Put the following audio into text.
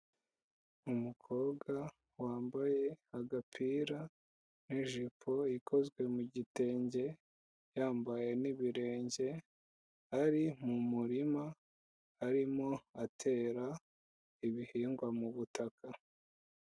Umukobwa wambaye agapira n'ijipo ikozwe mu gitenge yambaye n'ibirenge ari mu murima arimo atera ibihingwa mu butaka.